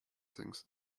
things